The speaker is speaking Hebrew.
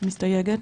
מסתייגת.